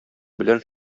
белән